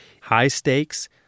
High-stakes